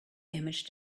image